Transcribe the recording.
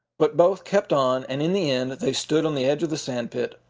but both kept on, and in the end they stood on the edge of the sand pit,